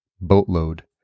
boatload